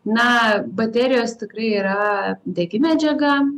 na baterijos tikrai yra degi medžiaga